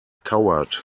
coward